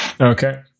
Okay